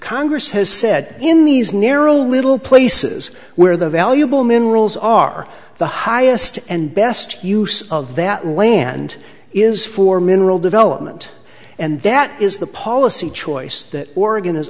congress has said in these narrow little places where the valuable minerals are the highest and best use of that land is for mineral development and that is the policy choice that oregon is